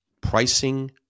pricing